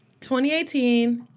2018